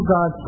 God